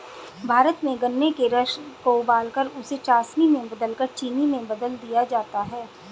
भारत में गन्ने के रस को उबालकर उसे चासनी में बदलकर चीनी में बदल दिया जाता है